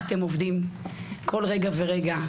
בכל רגע ורגע,